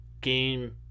Game